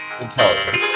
intelligence